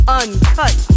uncut